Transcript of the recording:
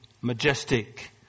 majestic